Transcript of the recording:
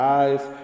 eyes